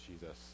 Jesus